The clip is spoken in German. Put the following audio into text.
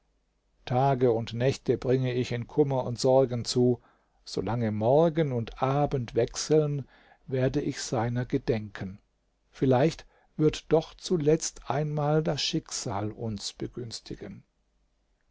tage und nächte bring ich in kummer und sorgen zu solange morgen und abend wechseln werde ich seiner gedenken vielleicht wird doch zuletzt einmal das schicksal uns begünstigen